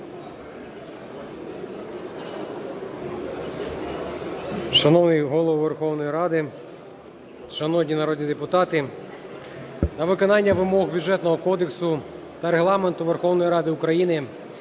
Шановний Голово Верховної Ради, шановні народні депутати! На виконання вимог Бюджетного кодексу та Регламенту Верховної Ради України